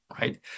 right